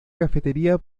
cafetería